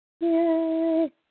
Yay